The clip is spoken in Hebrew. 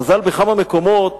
חז"ל בכמה מקומות